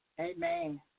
Amen